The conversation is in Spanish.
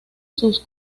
sus